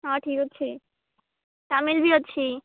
ହଁ ଠିକ୍ ଅଛି ତାମିଲ୍ ବି ଅଛି